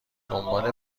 دنبال